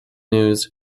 news